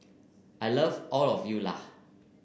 I love all of you lah